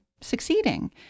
succeeding